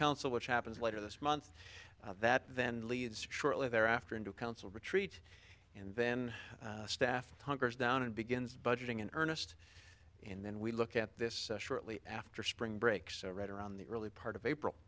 council which happens later this month that then leads shortly thereafter into a council retreat and then staff hunkers down and begins budgeting in earnest and then we look at this shortly after spring break so right around the early part of april